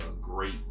great